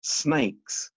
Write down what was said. snakes